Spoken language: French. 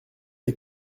les